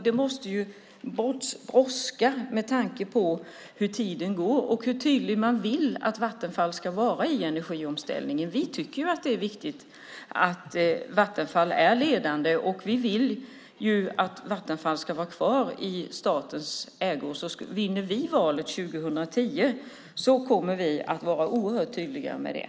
Det brådskar, med tanke på hur tiden går och hur tydligt man vill att Vattenfall ska vara i energiomställningen. Vi tycker att det är viktigt att Vattenfall är ledande. Vi vill att Vattenfall ska vara kvar i statens ägo. Vinner vi valet 2010 kommer vi att vara oerhört tydliga med det.